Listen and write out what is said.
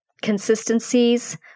consistencies